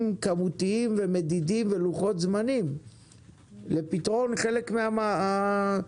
כמותיים ומדידים ולוחות זמנים לפתרון חלק מן הדברים.